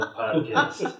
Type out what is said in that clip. podcast